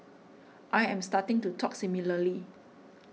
I am starting to talk similarly